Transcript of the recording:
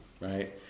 Right